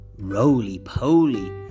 Roly-poly